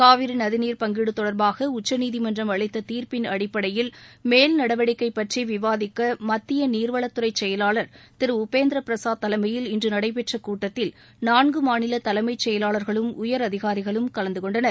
காவிரி நதிநீர் பங்கீடு தொடர்பாக உச்சநீதிமன்றம் அளித்த தீர்ப்பின் அடிப்படையில் மேல்நடவடிக்கை பற்றி விவாதிக்க மத்திய நீர்வளத்துறை செயலாளர் திரு உபேந்திர பிரசாத் தலைமையில் இன்று நடைபெற்ற கூட்டத்தில் நான்கு மாநில தலைமைச் செயலாளர்களும் உயரதிகாரிகளும் கலந்து கொண்டனர்